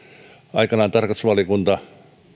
aikanaan tarkastusvaliokunta